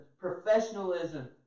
professionalism